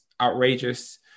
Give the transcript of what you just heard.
outrageous